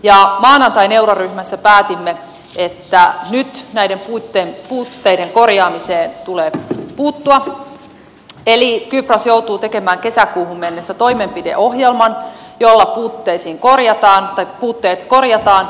maanantain euroryhmässä päätimme että nyt näiden puutteiden korjaamiseen tulee puuttua eli kypros joutuu tekemään kesäkuuhun mennessä toimenpideohjelman jolla puutteet korjataan